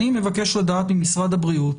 אני מבקש לדעת ממשרד הבריאות